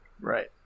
Right